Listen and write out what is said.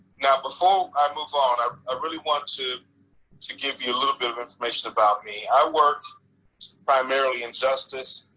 now before i move on, i ah really want to to give you a little bit of information about me. i work primarily in justice,